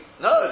No